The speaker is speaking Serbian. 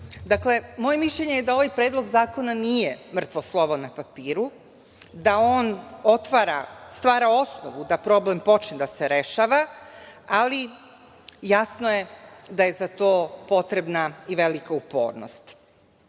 zakona. Dakle, moje mišljenje je da ovaj Predlog zakona nije mrtvo slovo na papiru, da on stvara osnovu da problem počne da se rešava, ali jasno je za je potrebna i velika upornost.